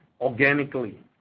organically